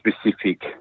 specific